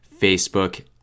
Facebook